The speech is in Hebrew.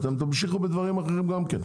אתם תמשיכו בדברים אחרים גם כן.